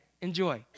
enjoy